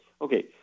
Okay